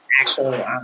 actual